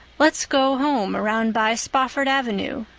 let's go home around by spofford avenue,